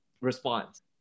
response